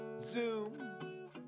Zoom